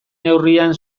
neurrian